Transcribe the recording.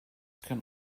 can